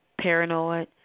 paranoid